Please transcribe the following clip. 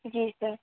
जी sir